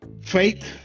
faith